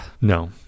no